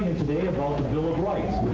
today about the bill of rights.